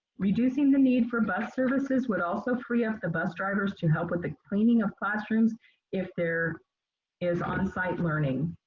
reducing the need for bus services would also free up the bus drivers to help with the cleaning of classrooms if there is on site learning.